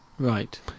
Right